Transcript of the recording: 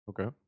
Okay